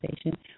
station